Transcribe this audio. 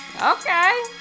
Okay